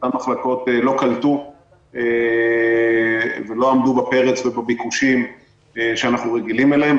אותן מחלקות לא קלטו ולא עמדו בפרץ ובביקושים שאנחנו רגילים אליהם.